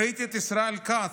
ראיתי את ישראל כץ,